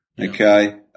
Okay